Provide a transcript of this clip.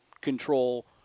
control